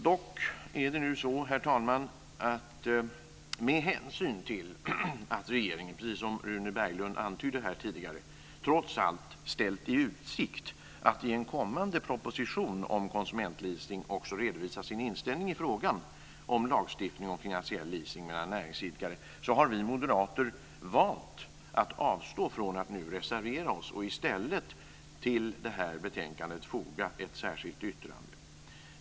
Dock är det nu så, herr talman, att med hänsyn till att regeringen, precis som Rune Berglund antydde här tidigare, trots allt ställt i utsikt att i en kommande proposition om konsumentleasing också redovisa sin inställning i fråga om lagstiftning om finansiell leasing mellan näringsidkare har vi moderater valt att avstå från att nu reservera oss. I stället har vi till det här betänkandet fogat ett särskilt yttrande.